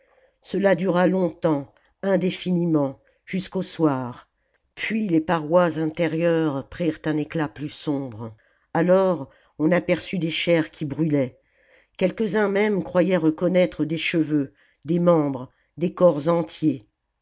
cela dura longtemps indéfiniment jusqu'au soir puis les parois intérieures prirent un éclat plus sombre alors on aperçut des chairs qui brûlaient quelques-uns même croyaient reconnaître des cheveux des membres des corps entiers